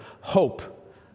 hope